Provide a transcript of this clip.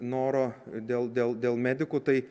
noro dėl dėl dėl medikų tai